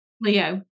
Leo